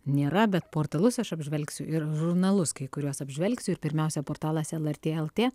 nėra bet portalus aš apžvelgsiu ir žurnalus kai kuriuos apžvelgsiu ir pirmiausia portalas lrt lt